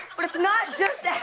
but it's not just